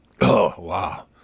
wow